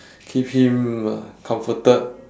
give him uh comforted